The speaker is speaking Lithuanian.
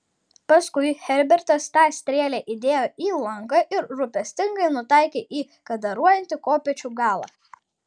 paskui herbertas tą strėlę įdėjo į lanką ir rūpestingai nutaikė į kadaruojantį kopėčių galą